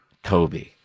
Kobe